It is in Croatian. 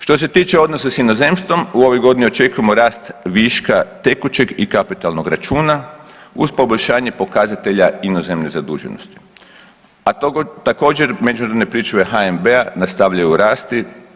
Što se tiče odnosa s inozemstvom u ovoj godini očekujemo rast viška tekućeg i kapitalnog računa uz poboljšanje pokazatelja inozemne zaduženosti, a također međunarodne pričuve HNB-a nastavljaju rasti.